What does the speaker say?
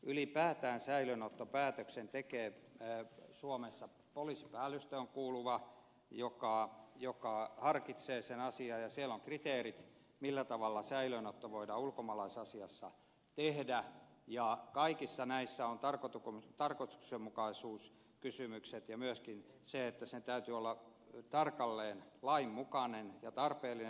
ylipäätään säilöönottopäätöksen tekee suomessa poliisipäällystöön kuuluva joka harkitsee sen asian ja siellä on kriteerit siitä millä tavalla säilöönotto voidaan ulkomaalaisasiassa tehdä ja kaikissa näissä on tarkoituksenmukaisuuskysymykset ja säilöönoton täytyy myöskin olla tarkalleen lain mukainen ja tarpeellinen